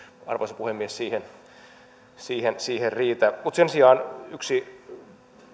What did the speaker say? arvoisa puhemies siihen siihen riitä sen sijaan yksi